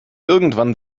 irgendwann